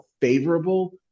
favorable